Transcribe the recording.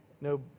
No